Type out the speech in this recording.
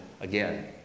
again